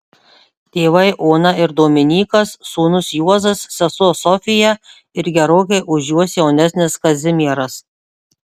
tėvai ona ir dominykas sūnus juozas sesuo sofija ir gerokai už juos jaunesnis kazimieras